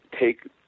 take